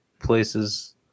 Places